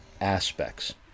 aspects